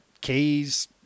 keys